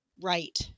Right